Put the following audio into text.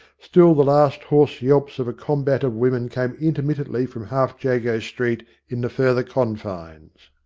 still the last hoarse yelps of a combat of women came intermittently from half jago street in the further confines.